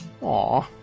Aw